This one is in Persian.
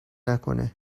نکنه